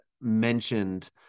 mentioned